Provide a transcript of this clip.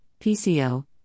PCO